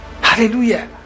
hallelujah